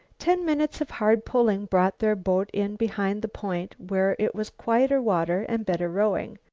ten minutes of hard pulling brought their boat in behind the point, where it was quieter water and better rowing.